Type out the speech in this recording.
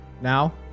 Now